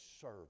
serve